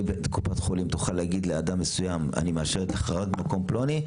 קופת חולים תוכל להגיד לאדם מסוים שהיא מאשרת לו רק במקום פלוני,